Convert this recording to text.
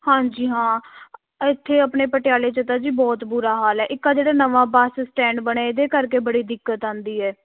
ਹਾਂਜੀ ਹਾਂ ਇੱਥੇ ਆਪਣੇ ਪਟਿਆਲੇ 'ਚ ਤਾਂ ਜੀ ਬਹੁਤ ਬੁਰਾ ਹਾਲ ਹੈ ਇੱਕ ਆਹ ਜਿਹੜਾ ਨਵਾਂ ਬੱਸ ਸਟੈਂਡ ਬਣਿਆ ਇਹਦੇ ਕਰਕੇ ਬੜੀ ਦਿੱਕਤ ਆਉਂਦੀ ਹੈ